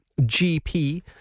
GP